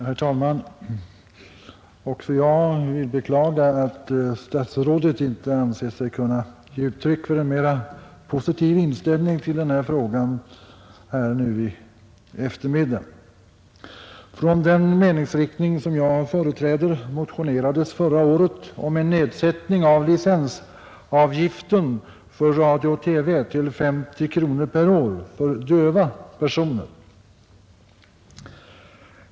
Herr talman! Också jag beklagar att statsrådet inte anser sig i dag kunna ge uttryck för en mera positiv inställning till denna fråga. Från den meningsriktning som jag företräder motionerades förra året om en nedsättning av licensavgiften för radio och TV till 50 kronor per år för döva personer.